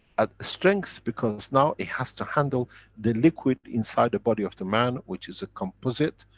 at strength, because now it has to handle the liquid inside the body of the man, which is a composite,